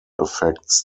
effects